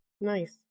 Nice